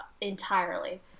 entirely